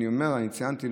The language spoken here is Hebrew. וציינתי,